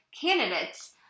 candidates